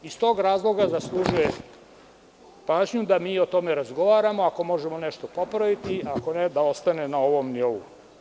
Iz tog razloga i zaslužuje pažnju, da mi o tome razgovaramo, ako možemo nešto popraviti, a ako ne, da ostane na ovom nivou.